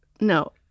no